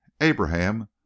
Abraham